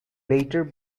later